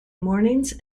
mornings